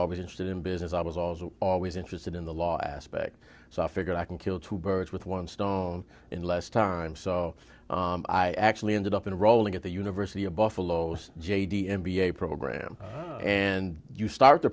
always interested in business i was also always interested in the law aspect so i figured i can kill two birds with one stone in less time so i actually ended up in a rolling at the university of buffalo j d m b a program and you start t